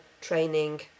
training